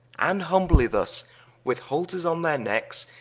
and humbly thus with halters on their neckes,